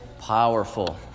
powerful